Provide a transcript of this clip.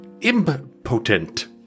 impotent